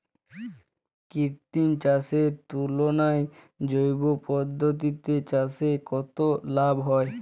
কৃত্রিম চাষের তুলনায় জৈব পদ্ধতিতে চাষে কত লাভ হয়?